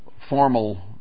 formal